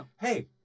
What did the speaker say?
hey